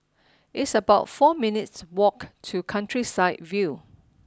it's about four minutes' walk to countryside view